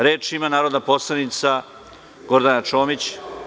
Reč ima narodni poslanik Gordana Čomić.